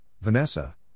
Vanessa